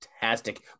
fantastic